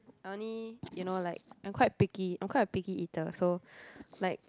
only you know like I'm quite picky I'm quite a picky eater so like